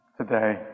today